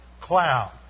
cloud